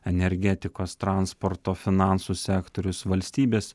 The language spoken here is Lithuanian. energetikos transporto finansų sektorius valstybės